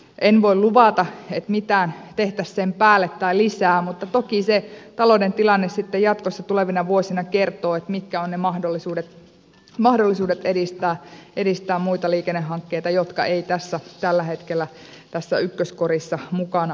en voi luvata että mitään tehtäisiin sen päälle tai lisää mutta toki se talouden tilanne sitten jatkossa tulevina vuosina kertoo mitkä ovat ne mahdollisuudet edistää muita liikennehankkeita jotka eivät tällä hetkellä tässä ykköskorissa mukana ole